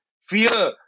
fear